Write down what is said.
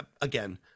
again